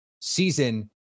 season